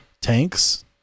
tanks